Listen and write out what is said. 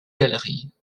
galeries